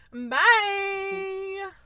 Bye